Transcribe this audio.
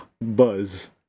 buzz